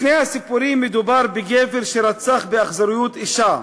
בשני הסיפורים מדובר בגבר שרצח באכזריות אישה.